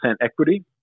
equity